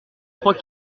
trois